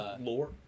lore